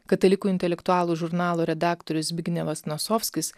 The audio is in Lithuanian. katalikų intelektualų žurnalo redaktorius zbignevas nosovskis